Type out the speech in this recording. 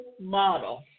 model